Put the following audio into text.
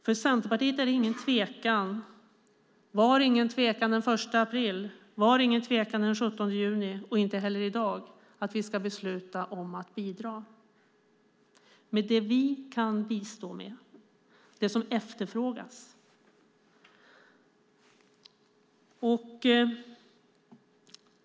För Centerpartiet fanns det ingen tvekan den 1 april och den 17 juni och det finns inte heller någon tvekan i dag om att vi ska besluta om att bidra med det vi kan bistå med, det som efterfrågas.